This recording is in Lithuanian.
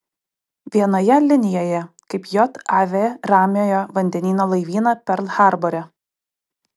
vienoje linijoje kaip jav ramiojo vandenyno laivyną perl harbore